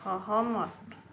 সহমত